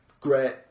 Great